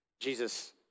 Jesus